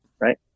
right